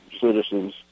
citizens